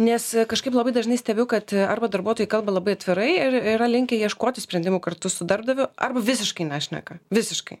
nes kažkaip labai dažnai stebiu kad arba darbuotojai kalba labai atvirai ir yra linkę ieškoti sprendimų kartu su darbdaviu arba visiškai nešneka visiškai